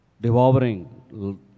Devouring